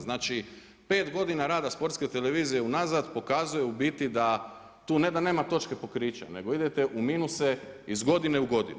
Znači 5 godina rada Sportske televizije unazad pokazuje u biti tu ne da nema točke pokrića nego idete u minuse iz godine u godinu.